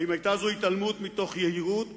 האם היתה זו התעלמות מתוך יהירות